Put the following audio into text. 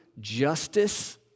justice